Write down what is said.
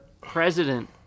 president